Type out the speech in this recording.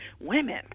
women